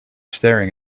staring